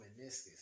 meniscus